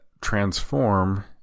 transform